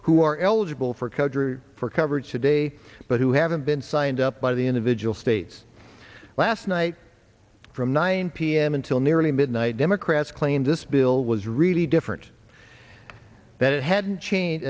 who are eligible for coverage for coverage today but who haven't been signed up by the individual states last night from nine p m until nearly midnight democrats claim this bill was really different that it hadn't changed